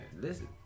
Listen